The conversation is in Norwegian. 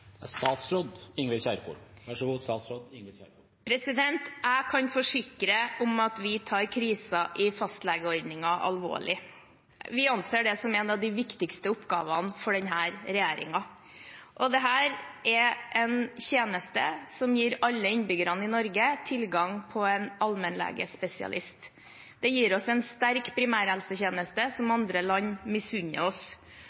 Jeg kan forsikre om at vi tar krisen i fastlegeordningen alvorlig. Vi anser det som en av de viktigste oppgavene for denne regjeringen. Det er en tjeneste som gir alle innbyggere i Norge tilgang på en allmennlegespesialist. Det gir oss en sterk primærhelsetjeneste som andre land misunner oss.